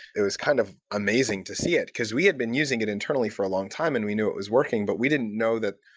it was kind of amazing to see it, because we had been using it internally for a long time and we knew it was working, but we didn't know that,